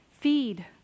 Feed